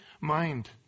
mind